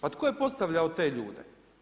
Pa tko je postavljao te ljude?